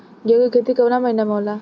गेहूँ के खेती कवना महीना में होला?